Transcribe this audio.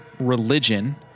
religion